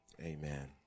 Amen